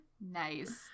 Nice